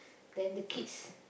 then the kids